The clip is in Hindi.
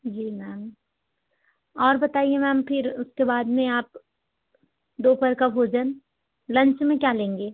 जी मैम और बताइए मैम फिर उसके बाद में आप दोपहर का भोजन लंच में क्या लेंगे